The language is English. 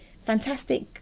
fantastic